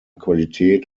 qualität